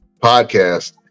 Podcast